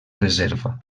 reserva